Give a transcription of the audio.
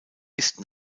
ist